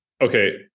okay